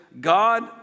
God